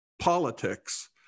politics